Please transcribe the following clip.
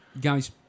guys